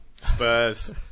Spurs